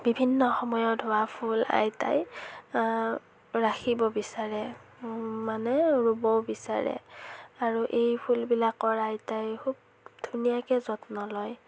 বিভিন্ন সময়ত হোৱা ফুল আইতাই ৰাখিব বিচাৰে মানে ৰুবও বিচাৰে আৰু এইফুলবিলাকৰ আইতাই খুব ধুনীয়াকৈ যত্ন লয়